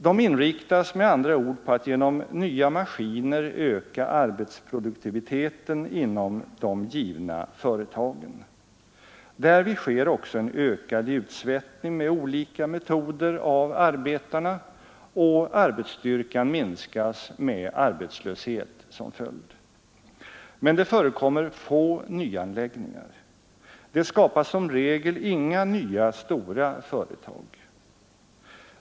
De inriktas med andra ord på att genom nya maskiner öka arbetsproduktiviteten inom de givna företagen. Därvid sker också en ökad utsvettning med olika metoder av arbetarna, och arbetsstyrkan minskas med arbetslöshet som följd. Men det förekommer få nyanläggningar. Det skapas som regel inga nya stora företag.